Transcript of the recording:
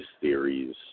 theories